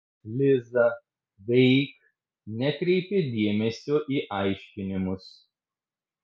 liza veik nekreipė dėmesio į aiškinimus